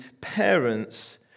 parents